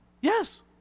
Yes